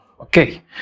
Okay